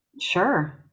Sure